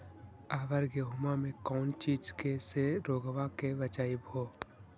अबर गेहुमा मे कौन चीज के से रोग्बा के बचयभो?